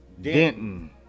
denton